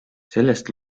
sellest